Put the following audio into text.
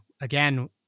again